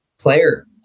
player